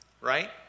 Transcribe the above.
Right